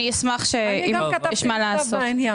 אני גם כתבתי מכתב בעניין.